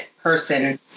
person